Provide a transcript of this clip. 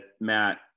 Matt